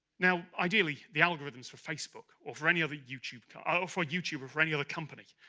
now ideally the algorithms for facebook or for any other youtube. ah for a youtuber for any other company.